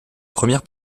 première